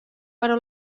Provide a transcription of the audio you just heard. però